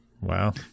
Wow